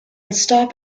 stop